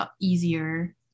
easier